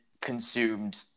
consumed